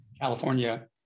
California